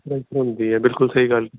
ਬਿਲਕੁਲ ਸਹੀ